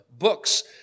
books